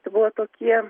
buvo tokie